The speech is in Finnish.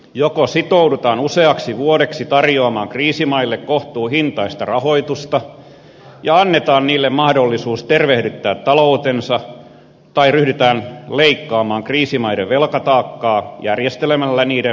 joko sitoudutaan useaksi vuodeksi tarjoamaan kriisimaille kohtuuhintaista rahoitusta ja annetaan niille mahdollisuus tervehdyttää taloutensa tai ryhdytään leikkaamaan kriisimaiden velkataakkaa järjestelemällä niiden velkoja uudelleen